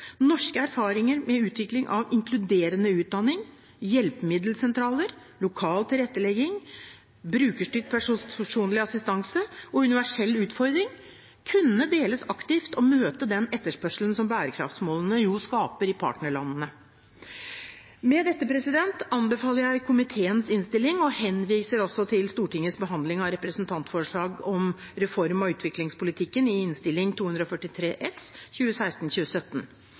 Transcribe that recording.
Norske erfaringer med utvikling av inkluderende utdanning, hjelpemiddelsentraler, lokal tilrettelegging, brukerstyrt personlig assistanse og universell utforming kunne deles aktivt og møte den etterspørselen som bærekraftsmålene skaper i partnerlandene. Med dette anbefaler jeg komiteens innstilling og henviser også til Stortingets behandling av representantforslaget om reform av utviklingspolitikken i Innst. 243 S